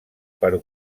per